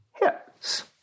hips